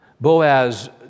Boaz